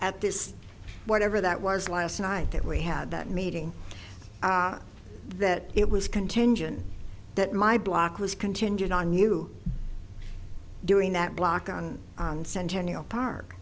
at this whatever that was last night that we had that meeting that it was contingent that my block was contingent on you doing that block on centennial park